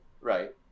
right